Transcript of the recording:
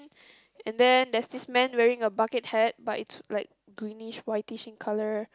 and then there's this man wearing a bucket hat but it's like greenish white-ish in colour